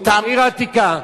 מהעיר העתיקה,